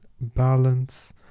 balance